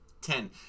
ten